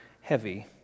heavy